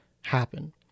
happen